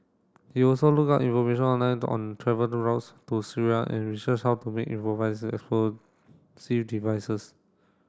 he also looked up information online on travel routes to Syria and researched how to make improvised devices